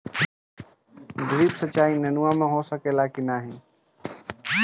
Drip सिंचाई नेनुआ में हो सकेला की नाही?